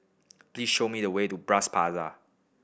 please show me the way to Bras Basah